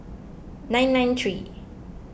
nine nine three